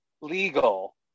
legal